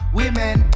women